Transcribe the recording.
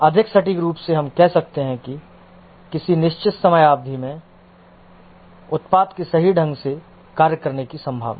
अधिक सटीक रूप से हम कह सकते हैं कि किसी निश्चित समयावधि में उत्पाद के सही ढंग से कार्य करने की संभावना